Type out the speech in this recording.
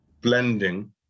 blending